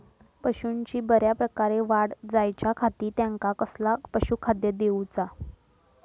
पशूंची बऱ्या प्रकारे वाढ जायच्या खाती त्यांका कसला पशुखाद्य दिऊचा?